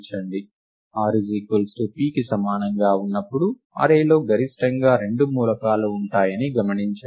r pకి సమానంగా ఉన్నప్పుడు అర్రే లో గరిష్టంగా రెండు మూలకాలు ఉంటాయని గమనించండి